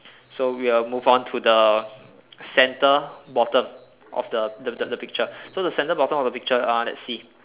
so we'll move on to the centre bottom of the the the the picture so the centre bottom of the picture uh let's see